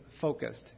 focused